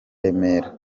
remera